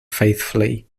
faithfully